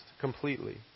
completely